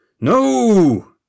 No